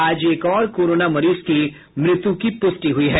आज एक और कोरोना मरीज की मृत्यु की पुष्टि हुई है